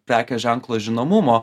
prekės ženklo žinomumo